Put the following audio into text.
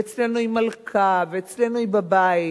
ואצלנו היא מלכה ואצלנו היא בבית,